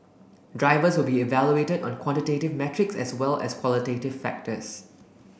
drivers will be evaluated on quantitative metrics as well as qualitative factors